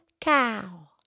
Cow